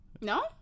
No